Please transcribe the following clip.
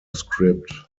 script